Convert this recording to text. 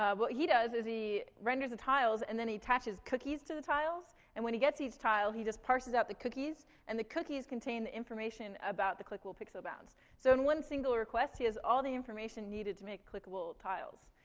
ah what he does is he renders the tiles, and the he attaches cookies to the tiles. and when he gets each tile, he just parses out the cookies, and the cookies contain the information about the clickable pixel bounds. so in one single request, he has all the information needed to make clickable tiles.